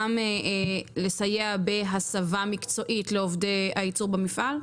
לסייע גם בהסבה מקצועית לעובדי הייצור במפעל?